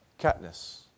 Katniss